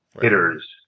hitters